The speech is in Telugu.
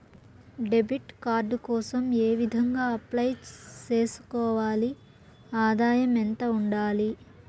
డెబిట్ కార్డు కోసం ఏ విధంగా అప్లై సేసుకోవాలి? ఆదాయం ఎంత ఉండాలి?